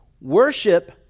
Worship